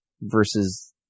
versus